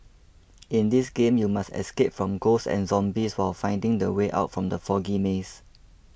in this game you must escape from ghosts and zombies while finding the way out from the foggy maze